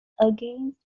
against